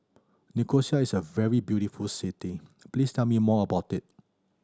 Nicosia is a very beautiful city please tell me more about it